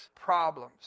problems